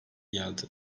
geldi